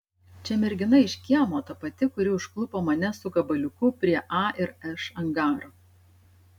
čia mergina iš kiemo ta pati kuri užklupo mane su gabaliuku prie a ir š angaro